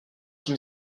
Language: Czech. tím